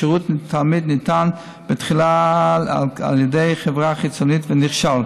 השירות לתלמיד ניתן תחילה על ידי חברה חיצונית ונכשל.